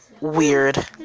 Weird